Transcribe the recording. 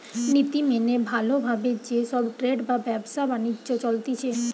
নীতি মেনে ভালো ভাবে যে সব ট্রেড বা ব্যবসা বাণিজ্য চলতিছে